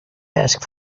ask